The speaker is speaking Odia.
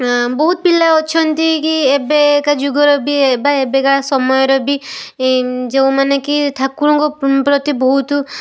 ବହୁତ ପିଲା ଅଛନ୍ତି କି ଏବେକା ଯୁଗରେ ବି ବା ଏବେକା ସମୟରେ ବି ଯେଉଁମାନେ କି ଠାକୁରଙ୍କ ପ୍ରତି ବହୁତ